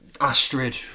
Astrid